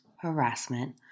harassment